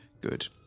good